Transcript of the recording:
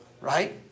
right